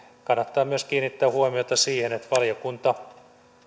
kannattaa myös kiinnittää huomiota siihen että valiokunta